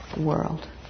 world